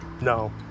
no